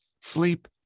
sleep